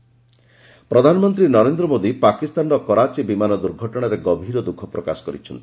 PM Pakistan plane ପ୍ରଧାନମନ୍ତ୍ରୀ ନରେନ୍ଦ୍ର ମୋଦି ପାକିସ୍ତାନର କରାଚୀ ବିମାନ ଦୁର୍ଘଟଣାରେ ଗଭୀର ଦୁଃଖ ପ୍ରକାଶ କରିଛନ୍ତି